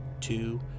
two